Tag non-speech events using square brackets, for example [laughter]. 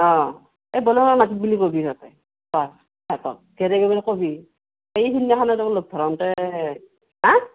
অঁ এই বলেনৰ মাটিত বুলি ক'বি সিহঁতে অঁ সিহঁতক [unintelligible] ক'বি এই সিদনাখানেদেখুন লগ ধৰোঁতে হাঁ